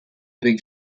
becs